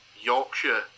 Yorkshire